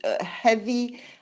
heavy